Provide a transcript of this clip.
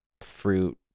fruit